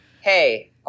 hey